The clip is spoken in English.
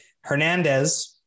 Hernandez